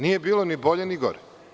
Nije bilo ni bolje ni gore.